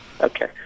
Okay